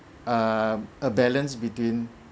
err a balance between